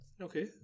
okay